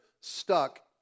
stuck